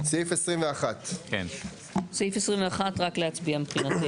סעיף 21. על סעיף 21 אפשר רק להצביע, מבחינתנו.